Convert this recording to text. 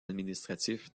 administratif